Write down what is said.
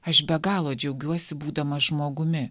aš be galo džiaugiuosi būdamas žmogumi